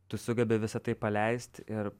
tu sugebi visa tai paleist ir